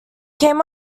came